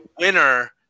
winner